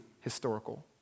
historical